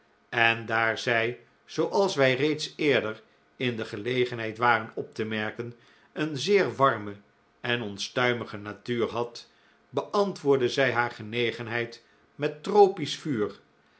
en daar zij zooals wij reeds eerder in de gelegenheid waren op te merken een zeer warme en onstuimige natuur had beantwoordde zij haar genegenheid met tropisch vtiur